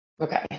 Okay